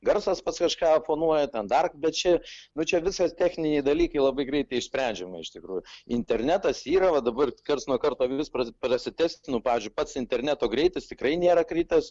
garsas pas kažką fonuoja ten dar bet čia bet čia viskas techniniai dalykai labai greitai išsprendžiama iš tikrųjų internetas yra va dabar karts nuo karto vis prasitestinu pavyzdžiui pats interneto greitis tikrai nėra kritęs